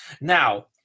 Now